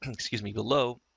excuse me, below